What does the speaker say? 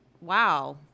wow